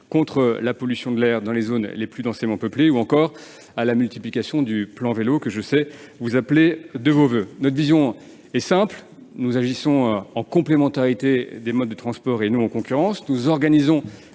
contre la pollution de l'air dans les zones les plus densément peuplées, ou encore à la multiplication du plan Vélo que vous appelez de vos voeux, monsieur le sénateur. Notre vision est simple. Nous agissons en complémentarité des modes de transport et non en concurrence. Nous organisons